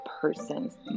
person's